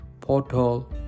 porthole